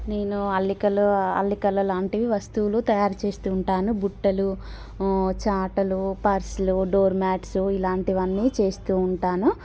నేను అల్లికలు అల్లికలలాంటివి వస్తువులు తయారు చేస్తూ ఉంటాను బుట్టలు చాటలు పర్స్లు డోర్ మ్యాట్స్ ఇలాంటివన్నీ చేస్తూ ఉంటాను